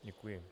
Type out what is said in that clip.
Děkuji.